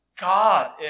God